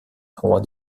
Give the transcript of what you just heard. roi